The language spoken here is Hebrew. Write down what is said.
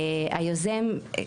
היוזם,